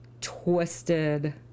twisted